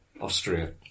Austria